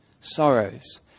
sorrows